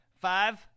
Five